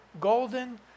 golden